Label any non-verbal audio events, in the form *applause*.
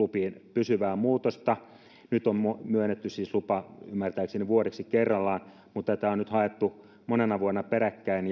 pysyvää muutosta nyt on myönnetty siis lupa ymmärtääkseni vuodeksi kerrallaan mutta tätä on nyt haettu monena vuonna peräkkäin *unintelligible*